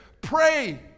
pray